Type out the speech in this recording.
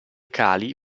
cali